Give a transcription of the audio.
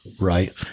right